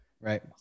Right